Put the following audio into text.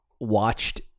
watched